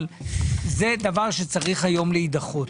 אבל זה דבר שצריך היום להידחות.